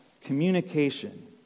communication